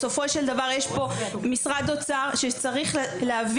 בסופו של דבר יש פה משרד אוצר שצריך להבין